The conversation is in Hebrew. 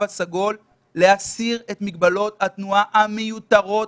הסגול ולהסיר את מגבלות התחבורה המיותרות,